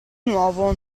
nuovo